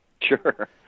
Sure